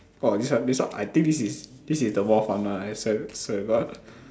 oh this one this one I think this is this is the more fun one I swear swear to god